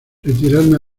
retirarme